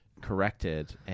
corrected